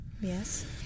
yes